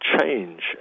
change